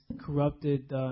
corrupted